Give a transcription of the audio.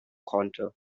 konnte